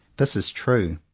this is true.